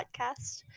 Podcast